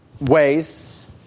ways